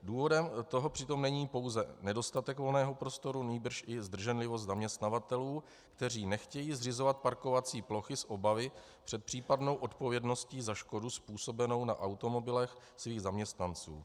Důvodem toho přitom není pouze nedostatek volného prostoru, nýbrž i zdrženlivost zaměstnavatelů, kteří nechtějí zřizovat parkovací plochy z obavy před případnou odpovědností za škodu způsobenou na automobilech svých zaměstnanců.